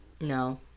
No